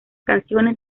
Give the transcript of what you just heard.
canciones